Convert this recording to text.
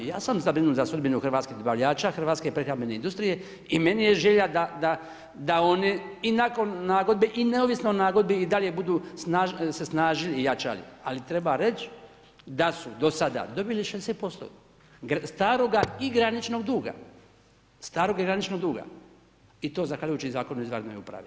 I ja sam zabrinut za sudbinu hrvatskih dobavljača, hrvatske prehrambene industrije i meni je želja da oni i nakon nagodbe i neovisno o nagodbi i dalje budu se snažili i jačali, ali treba reći da su do sada dobili 60% staroga i graničnog duga i to zahvaljujući Zakonu o izvanrednoj upravi.